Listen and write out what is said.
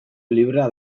librea